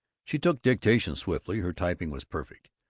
she took dictation swiftly, her typing was perfect,